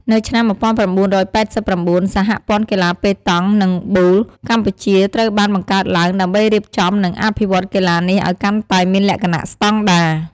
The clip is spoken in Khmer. នៅឆ្នាំ ១៩៨៩ សហព័ន្ធកីឡាប៉េតង់ និងប៊ូលកម្ពុជាត្រូវបានបង្កើតឡើង ដើម្បីរៀបចំ និងអភិវឌ្ឍកីឡានេះឱ្យកាន់តែមានលក្ខណៈស្តង់ដារ។